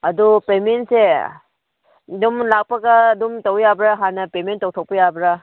ꯑꯗꯣ ꯄꯦꯃꯦꯟꯁꯦ ꯑꯗꯨꯝ ꯂꯥꯛꯄꯒ ꯑꯗꯨꯝ ꯇꯧ ꯌꯥꯕ꯭ꯔ ꯍꯥꯟꯅ ꯄꯦꯃꯦꯟ ꯇꯧꯊꯣꯛꯄ ꯌꯥꯕ꯭ꯔ